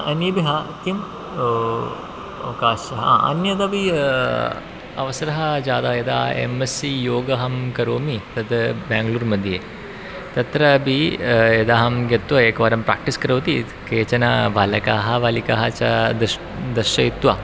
अन्येभ्यः किम् अवकाशः अ अन्यदपि अवसरः जातः यदा एम् एस् सि योगम् अहं करोमि तद् बेङ्गळूर् मध्ये तत्रापि यदहं गत्वा एकवारं प्राक्टिस् करोति केचन बालकाः बालिकाः च दश् दर्शयित्वा